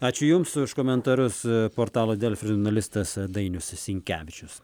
ačiū jums už komentarus portalo delfi žurnalistas dainius sinkevičius